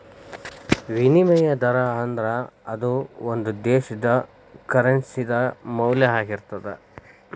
ವಿನಿಮಯ ದರಾ ಅಂದ್ರ ಅದು ಒಂದು ದೇಶದ್ದ ಕರೆನ್ಸಿ ದ ಮೌಲ್ಯ ಆಗಿರ್ತದ